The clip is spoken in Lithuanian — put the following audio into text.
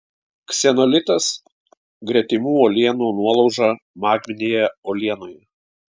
ksenolitas gretimų uolienų nuolauža magminėje uolienoje